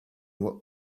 were